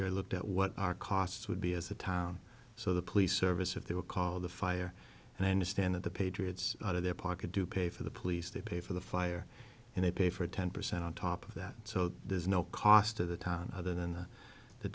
year i looked at what our costs would be as a town so the police service if they were called the fire and i understand that the patriots out of their pocket to pay for the police they pay for the fire and they pay for ten percent on top of that so there's no cost to the time other than the